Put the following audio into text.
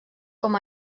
com